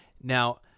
Now